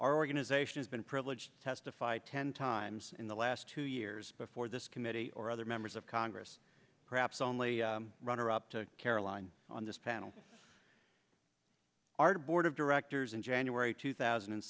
organization has been privileged to testify ten times in the last two years before this committee or other members of congress perhaps only runner up to caroline on this panel our board of directors in january two thousand and